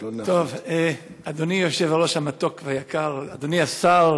אדוני היושב-ראש המתוק והיקר, אדוני השר,